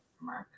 mark